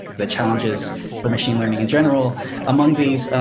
the challenges for machine learning in general among these,